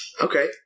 Okay